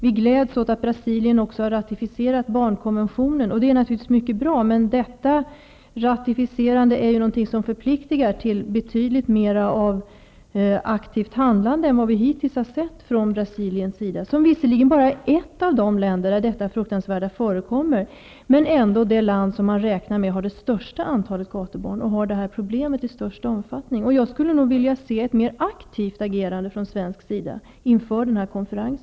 Vi gläds åt att Brasilien också har ratificerat barnkonventionen, vilket naturligtvis är mycket bra. Detta ratificerande är dock något som förpliktigar till ett betydligt mer aktivt handlande från Brasiliens sida än vad vi hittills har sett. Brasilien är visserli gen bara ett av de länder där detta fruktansvärda förekommer men är ändå det land som har det största antalet gatubarn och därmed den största omfatt ningen av problemet. Jag skulle vilja se ett mer aktivt agerande från svensk sida inför denna konferens.